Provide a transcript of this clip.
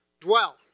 dwell